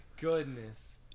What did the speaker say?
goodness